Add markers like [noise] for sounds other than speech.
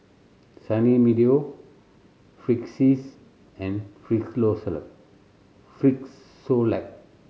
Sunny Meadow Friskies and [unintelligible] Frisolac